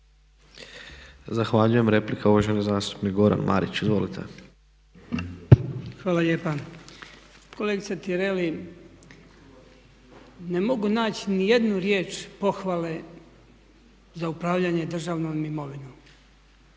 Zahvaljujem. Replika uvaženi zastupnik Goran Marić. Izvolite. **Marić, Goran (HDZ)** Hvala lijepa. Kolegice Tireli, ne mogu naći ni jednu riječ pohvale za upravljanje državnom imovinom